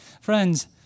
Friends